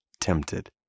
tempted